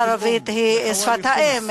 הערבית היא שפת האם